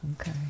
okay